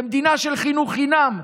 וזה במדינה של חינוך חינם.